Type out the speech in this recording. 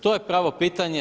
To je pravo pitanje.